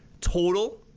total